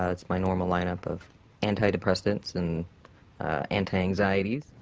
ah that's my normal line-up of anti-depressants and anti-anxieties.